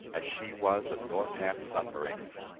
as she was of your past sufferings.